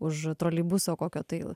už troleibuso kokio tai